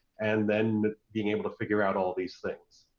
and then being able to figure out all of these things.